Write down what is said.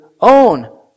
own